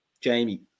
Jamie